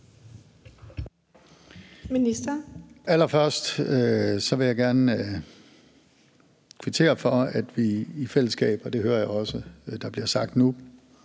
Wammen): Allerførst vil jeg gerne kvittere for, at vi i fællesskab, og det hører jeg også der bliver sagt nu,